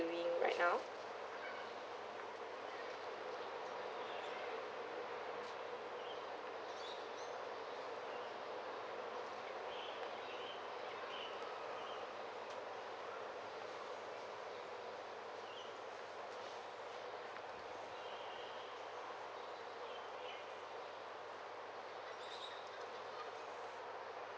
doing right now